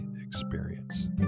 experience